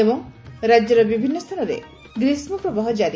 ଏବଂ ରାଜ୍ୟର ବିଭିନୁ ସ୍ଥାନରେ ଗ୍ରୀଷ୍କ ପ୍ରବାହ କାରି